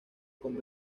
con